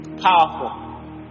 Powerful